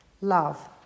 love